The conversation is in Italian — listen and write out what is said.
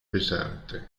pesante